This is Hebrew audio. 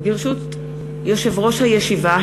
ברשות יושב-ראש הישיבה,